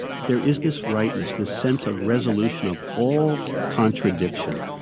there is this rightness, this sense of resolution of all contradiction